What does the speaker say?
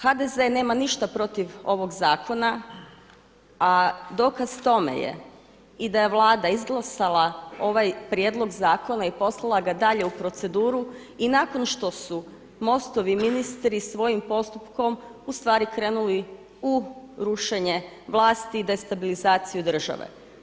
HDZ nema ništa protiv ovog zakona, a dokaz tome je i da je Vlada izglasala ovaj prijedlog zakona i poslala ga dalje u proceduru i nakon što su MOST-ovi ministri svojim postupkom krenuli u rušenje vlasti i destabilizaciju države.